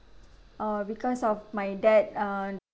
uh because of my dad err